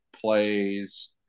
plays